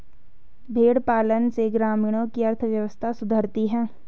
भेंड़ पालन से ग्रामीणों की अर्थव्यवस्था सुधरती है